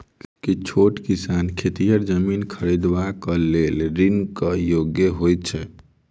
की छोट किसान खेतिहर जमीन खरिदबाक लेल ऋणक योग्य होइ छै?